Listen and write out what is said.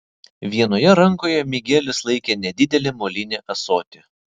vienoje rankoje migelis laikė nedidelį molinį ąsotį